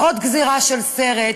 ועוד גזירה של סרט,